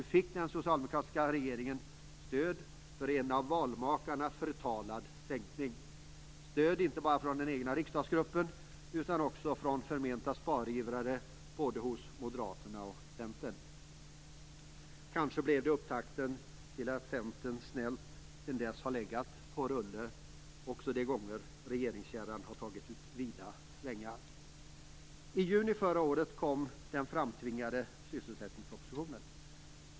Nu fick den socialdemokratiska regeringen stöd för en av valmakarna förtalad sänkning - stöd, inte bara från den egna riksdagsgruppen utan också från förmenta sparivrare hos både moderaterna och Centern. Kanske blev detta upptakten till att Centern snällt sedan dess har legat "på rulle" också de gånger regeringskärran har tagit ut vida svängar. I juni förra året kom den framtvingade sysselsättningspropositionen.